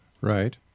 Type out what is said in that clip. Right